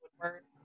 Woodward